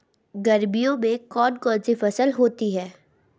गर्मियों में कौन कौन सी फसल होती है?